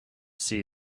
see